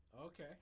Okay